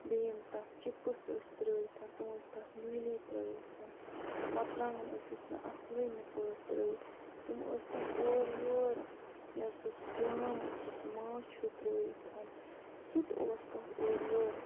بیٚیہِ یِم تَتھ چِپٕس ٲسۍ ترٲیِتھ تم ٲسۍ تَتھ نیٖلی ترٲیِتھ مَرژرٛانٛگَن ٲسِس نہٕ اَصلٕے نہٕ پٲٹھۍ ترٲیِتھ تِم ٲسۍ تَتھ اورٕ یور یا سُہ سُہ جام اوس سُہ سُہ ماچھ ہوٗ ترٲیِتھ سُہ تہِ اوس تَتھ اورٕ یور